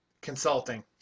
Consulting